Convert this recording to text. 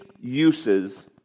uses